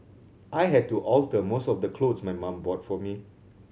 I had to alter most of the clothes my mum bought for me